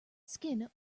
skin